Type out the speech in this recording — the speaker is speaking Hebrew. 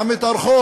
גם את הרחוב,